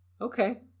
Okay